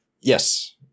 yes